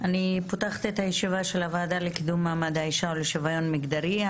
פותחת את הישיבה של הוועדה לקידום מעמד האישה ולשוויון מגדרי.